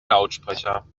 lautsprecher